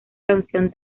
canción